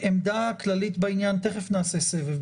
עמדה כללית בעניין, תכף נעשה סבב.